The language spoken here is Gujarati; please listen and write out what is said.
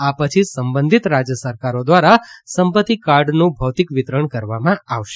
આ પછી સંબંધિત રાજ્ય સરકારો દ્વારા સંપત્તિ કાર્ડનું ભૌતિક વિતરણ કરવામાં આવશે